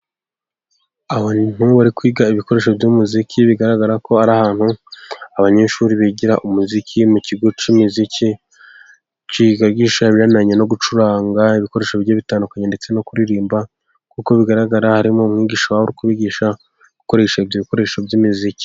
Aho bari kwiga ibikoresho by'umuziki, bigaragara ko ari ahantu abanyeshuri bigira umuziki, mu kigo cy'umuziki kigisha binyuranye no gucuranga, ibikoresho bye bitandukanye ndetse no kuririmba kuko bigaragara harimo umwigisha wo kubigisha gukoresha ibyo bikoresho by'imiziki.